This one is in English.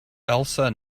elsa